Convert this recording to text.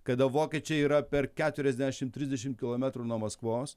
kada vokiečiai yra per keturiasdešim trisdešim kilometrų nuo maskvos